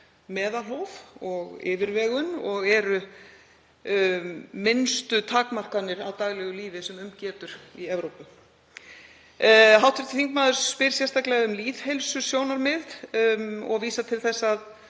meðalhóf og yfirvegun og eru minnstu takmarkanir á daglegu lífi sem um getur í Evrópu. Hv. þingmaður spyr sérstaklega um lýðheilsusjónarmið og vísar til þess að